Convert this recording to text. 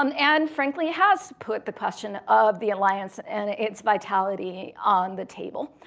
um and frankly has put the question of the alliance and its vitality on the table.